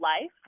life